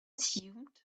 assumed